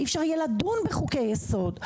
אי אפשר יהיה לדון בחוקי יסוד,